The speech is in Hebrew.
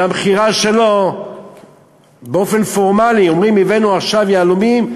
והמכירה שלו באופן פורמלי אומרים: הבאנו עכשיו יהלומים,